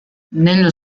nello